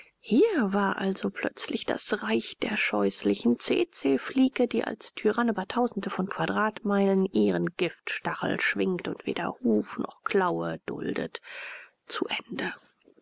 hier war also plötzlich das reich der scheußlichen tsetsefliege die als tyrann über tausende von quadratmeilen ihren giftstachel schwingt und weder huf noch klaue duldet zu ende